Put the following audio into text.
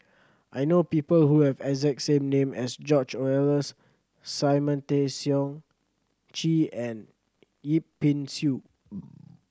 I know people who have exact same name as George Oehlers Simon Tay Seong Chee and Yip Pin Xiu